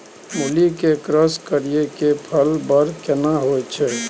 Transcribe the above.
मूली के क्रॉस करिये के फल बर केना होय छै?